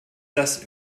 das